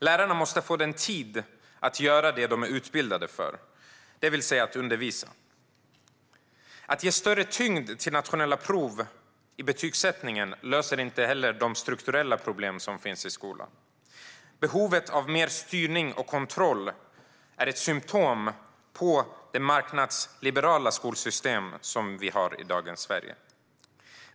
Lärarna måste få tid att göra det de är utbildade för att göra, det vill säga att undervisa. Att ge större tyngd till nationella prov vid betygssättningen löser inte heller de strukturella problem som finns i skolan. Behovet av mer styrning och kontroll är ett symtom på det marknadsliberala skolsystem vi har i dagens Sverige.